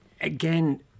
again